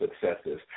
successes